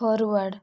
forward